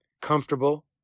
comfortable